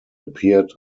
appeared